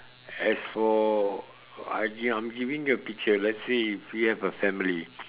as for I give I'm giving a picture let's say if you have a family